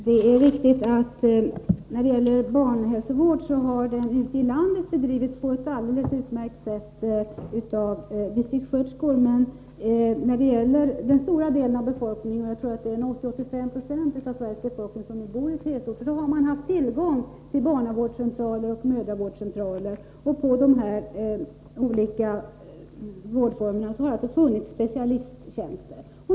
Herr talman! Det är riktigt att barnhälsovården ute i landet bedrivits på ett alldeles utmärkt sätt av distriktssköterskor. Men när det gäller den stora delen av befolkningen som bor i tätorter — jag tror att det är 80-85 90 av den totala befolkningen — har man haft tillgång till barnavårdscentraler och mödravårdscentraler, där man haft specialisttjänster.